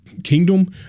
kingdom